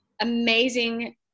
amazing